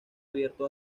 abierto